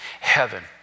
heaven